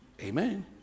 Amen